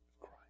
Christ